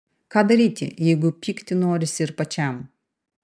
ką daryti jeigu pykti norisi ir pačiam